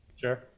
sure